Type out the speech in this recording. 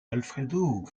alfredo